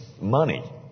money